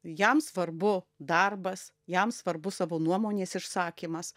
jam svarbu darbas jam svarbu savo nuomonės išsakymas